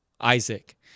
Isaac